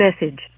message